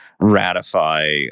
ratify